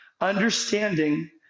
understanding